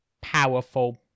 powerful